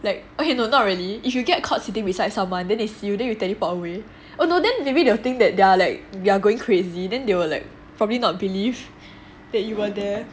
like okay no not really if you get called sitting beside someone then it's you then you teleport away oh no then maybe they will think that their like you're going crazy then they will like probably not believe that you were there